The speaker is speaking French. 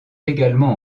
également